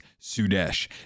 Sudesh